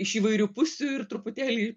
iš įvairių pusių ir truputėlį